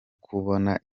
kubona